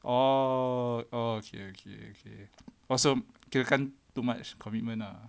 oh oh okay okay okay awesome kirakan too much commitment ah